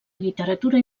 literatura